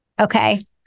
Okay